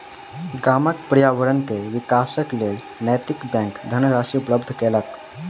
गामक पर्यावरण के विकासक लेल नैतिक बैंक धनराशि उपलब्ध केलक